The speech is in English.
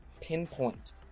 pinpoint